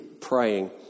praying